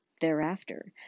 Thereafter